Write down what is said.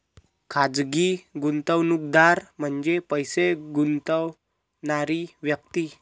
खाजगी गुंतवणूकदार म्हणजे पैसे गुंतवणारी व्यक्ती